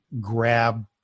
grab